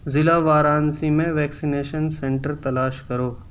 ضلع وارانسی میں vaccination centre تلاش کرو